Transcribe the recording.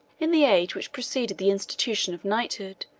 in the age which preceded the institution of knighthood,